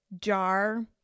Jar